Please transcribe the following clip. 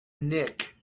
nick